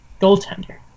goaltender